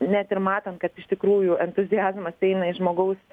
net ir matant kad iš tikrųjų entuziazmas eina iš žmogaus